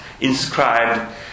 inscribed